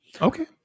okay